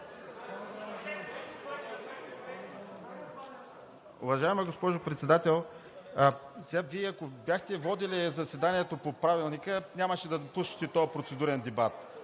Уважаема госпожо Председател, Вие ако бяхте водили заседанието по Правилника, нямаше да допуснете този процедурен дебат.